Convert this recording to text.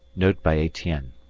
note by etienne